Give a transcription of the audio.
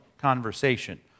conversation